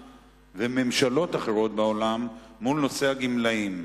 וממשלות אחרות בעולם עם נושא הגמלאים.